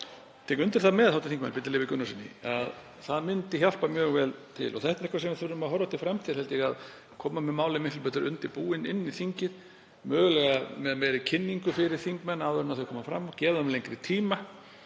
tek undir það með hv. þm. Birni Leví Gunnarssyni að það myndi hjálpa mjög vel til. Þetta er eitthvað sem við þurfum að horfa til til framtíðar, held ég, að koma með málin miklu betur undirbúin inn í þingið, mögulega með meiri kynningu fyrir þingmenn áður en þau koma fram og gefa þeim lengri tíma.